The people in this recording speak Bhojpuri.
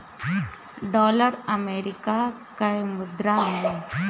डॉलर अमेरिका कअ मुद्रा हवे